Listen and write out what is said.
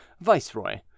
Viceroy